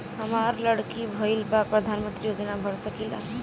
हमार लड़की भईल बा प्रधानमंत्री योजना भर सकीला?